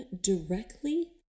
directly